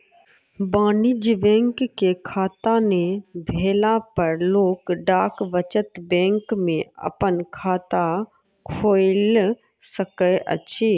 वाणिज्य बैंक के खाता नै भेला पर लोक डाक बचत बैंक में अपन खाता खोइल सकैत अछि